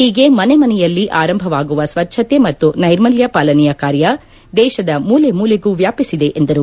ಹೀಗೆ ಮನೆ ಮನೆಯಲ್ಲಿ ಆರಂಭವಾಗುವ ಸ್ವಚ್ಚತೆ ಮತ್ತು ನೈರ್ಮಲ್ಯ ಪಾಲನೆಯ ಕಾರ್ಯ ದೇಶದ ಮೂಲೆ ಮೂಲೆಗೂ ವ್ಯಾಪಿಸಿದೆ ಎಂದರು